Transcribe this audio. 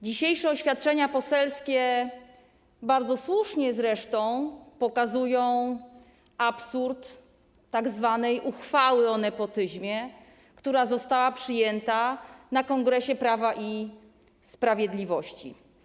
Dzisiejsze oświadczenia poselskie zresztą bardzo słusznie pokazują absurd tzw. uchwały o nepotyzmie, która została przyjęta na kongresie Prawa i Sprawiedliwości.